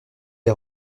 est